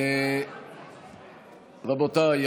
רבותיי,